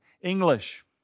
English